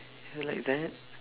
I mean like that